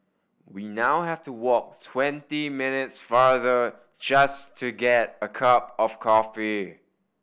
we now have to walk twenty minutes farther just to get a cup of coffee